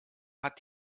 hat